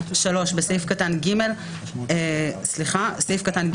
סעיף קטן (ג) - בטל.